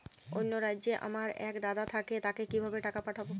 অন্য রাজ্যে আমার এক দাদা থাকে তাকে কিভাবে টাকা পাঠাবো?